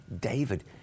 David